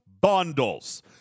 bundles